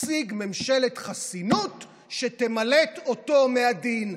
להשיג ממשלת חסינות שתמלט אותו מהדין,